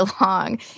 long